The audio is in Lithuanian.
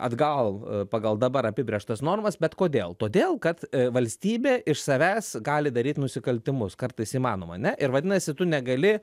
atgal pagal dabar apibrėžtas normas bet kodėl todėl kad valstybė iš savęs gali daryt nusikaltimus kartais įmanoma ne ir vadinasi tu negali